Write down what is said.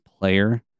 player